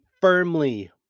firmly